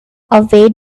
away